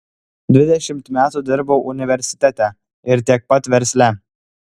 dvidešimt metų dirbau universitete ir tiek pat versle